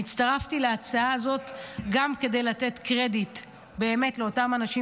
אני הצטרפתי להצעה הזאת גם כדי לתת קרדיט לאותם אנשים